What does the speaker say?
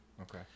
Okay